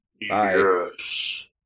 Yes